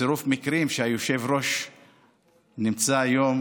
זה צירוף מקרים שהיושב-ראש שנמצא היום